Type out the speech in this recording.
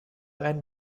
and